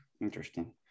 Interesting